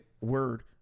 word